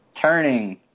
turning